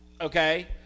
okay